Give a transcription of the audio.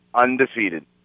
Undefeated